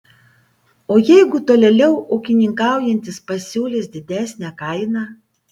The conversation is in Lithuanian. o jeigu tolėliau ūkininkaujantis pasiūlys didesnę kainą